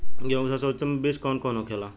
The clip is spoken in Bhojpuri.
गेहूँ की सबसे उत्तम बीज कौन होखेला?